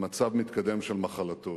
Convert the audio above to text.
במצב מתקדם של מחלתו,